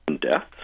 deaths